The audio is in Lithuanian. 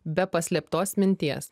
be paslėptos minties